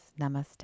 Namaste